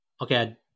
okay